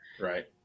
right